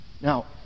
Now